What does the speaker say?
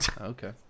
okay